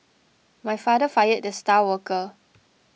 my father fired the star worker